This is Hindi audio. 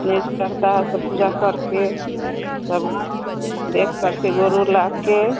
नेज चढ़ता है तो पूजा करके सब देखकर के गुड़ उर लाकर